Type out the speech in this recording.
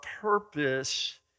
purpose